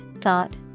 thought